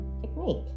technique